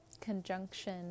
conjunction